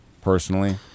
personally